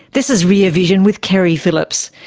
this is rear vision with keri phillips.